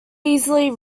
easily